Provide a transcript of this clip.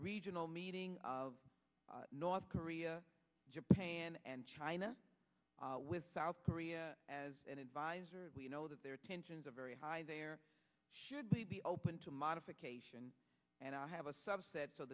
regional meeting of north korea japan and china with south korea as an advisor you know that there are tensions are very high there should be be open to modification and i have a subset so